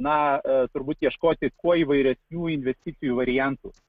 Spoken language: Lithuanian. na turbūt ieškoti kuo įvairesnių investicijų variantus